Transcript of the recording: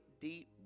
deep